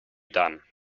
done